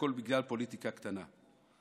והכול בגלל פוליטיקה קטנה.